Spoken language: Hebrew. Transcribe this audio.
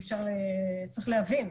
צריך להבין,